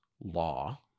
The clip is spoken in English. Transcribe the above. law